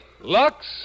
Lux